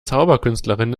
zauberkünstlerin